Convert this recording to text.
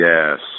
Yes